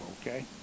okay